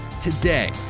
today